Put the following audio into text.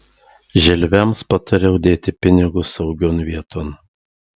želviams patariau dėti pinigus saugion vieton